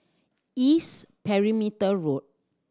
East Perimeter Road